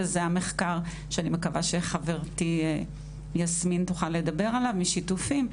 וזה המחקר שאני מקווה שחברתי יסמין משיתופים תוכל לדבר עליו,